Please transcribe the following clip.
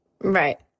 Right